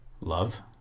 love